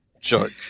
joke